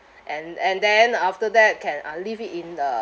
and and then after that can uh leave it in the